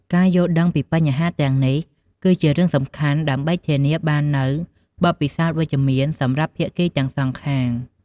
ការយល់ដឹងពីបញ្ហាទាំងនេះ គឺជារឿងសំខាន់ដើម្បីធានាបាននូវបទពិសោធន៍វិជ្ជមានសម្រាប់ភាគីទាំងសងខាង។